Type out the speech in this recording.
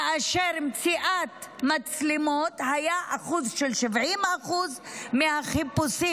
כאשר במציאת מצלמות היה אחוז של 70% מהחיפושים.